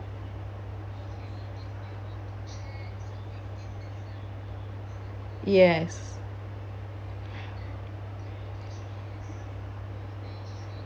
yes